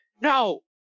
no